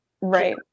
Right